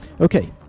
okay